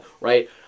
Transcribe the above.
right